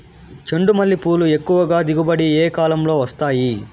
చెండుమల్లి పూలు ఎక్కువగా దిగుబడి ఏ కాలంలో వస్తాయి